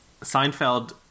Seinfeld